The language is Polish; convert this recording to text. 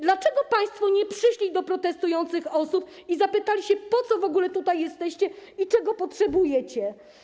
Dlaczego państwo nie przyszli do protestujących osób i nie zapytali się: Po co w ogóle tutaj jesteście i czego potrzebujecie?